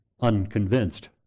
unconvinced